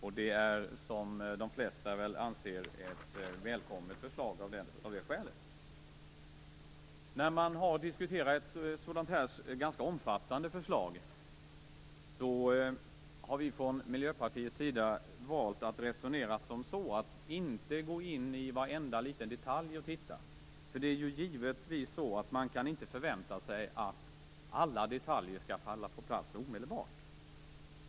Av det skälet anser väl de flesta att det är ett välkommet förslag. När vi har diskuterat detta ganska omfattande förslag har vi från Miljöpartiet valt att inte gå in i varenda liten detalj och titta, eftersom man givetvis inte kan förvänta sig att alla detaljer skall falla på plats omedelbart.